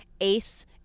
Ace